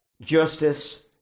justice